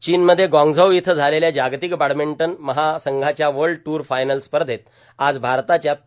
चीनमधे ग्रवांगझू इथं झालेल्या जार्गातक बॅर्डामंटन महासंघाच्या वल्ड टूर फायनल स्पधत आज भारताच्या पी